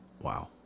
Wow